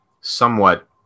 somewhat